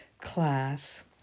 class